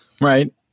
Right